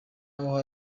aho